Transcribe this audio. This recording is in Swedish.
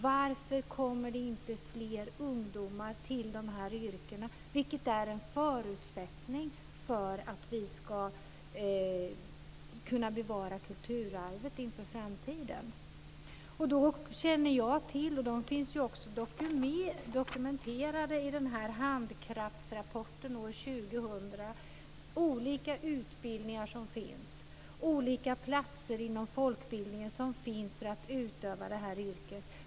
Varför kommer inte fler ungdomar till de här yrkena? Det är ju en förutsättning för att vi ska kunna bevara kulturarvet inför framtiden. Jag känner till olika utbildningar som finns, och detta finns också dokumenterat i Handkraftsrapporten år 2000. Det finns olika platser inom folkbildningen där man kan utöva dessa yrken.